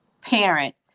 parent